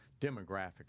demographically